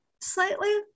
slightly